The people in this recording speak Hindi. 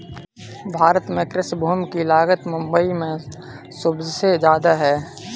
भारत में कृषि भूमि की लागत मुबई में सुबसे जादा है